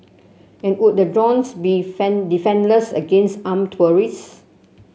and would the drones be defenceless against armed terrorist